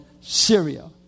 Syria